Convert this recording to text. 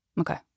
Okay